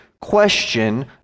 question